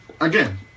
again